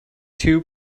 two